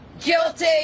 Guilty